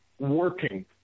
working